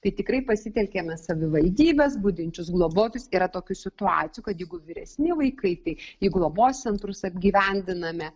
tai tikrai pasitelkiame savivaldybes budinčius globotojus yra tokių situacijų kad jeigu vyresni vaikai tai į globos centrus apgyvendiname